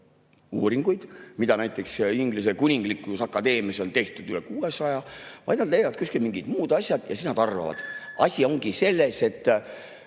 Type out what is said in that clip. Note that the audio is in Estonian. mida näiteks Inglise kuninglikus akadeemias on tehtud üle 600, vaid nad leiavad kuskilt mingid muud asjad ja siis arvavad. Asi ongi selles, et